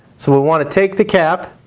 so we'll want to take the cap.